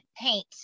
paint